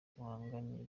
duhanganye